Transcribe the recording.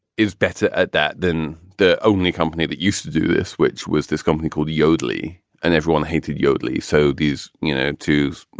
is better at that than the only company that used to do this, which was this company called yodlee and everyone hated yodlee. so these you know two,